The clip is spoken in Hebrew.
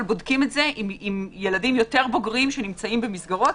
בודקים את זה עם ילדים יותר בוגרים שנמצאים במסגרות,